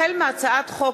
החל בהצעת חוק